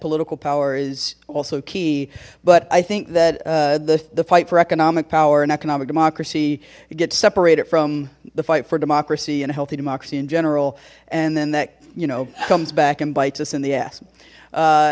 political power is also key but i think that the the fight for economic power and economic democracy gets separated from the fight for democracy and a healthy democracy in general and then that you know comes back and bites us in the ass